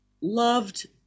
loved